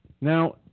Now